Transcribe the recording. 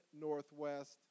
Northwest